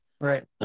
Right